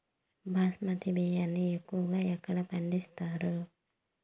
బాస్మతి బియ్యాన్ని ఎక్కువగా ఎక్కడ పండిస్తారు?